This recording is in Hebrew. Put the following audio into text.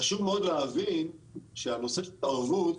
חשוב מאוד להבין שהנושא של ערבות,